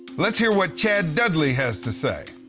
let's hear what chad dudley has to say.